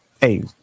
Hey